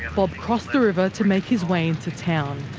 bob crossed the river to make his way into town,